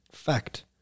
fact